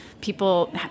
people